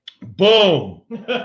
Boom